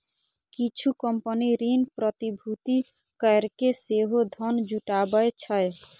किछु कंपनी ऋण प्रतिभूति कैरके सेहो धन जुटाबै छै